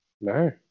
no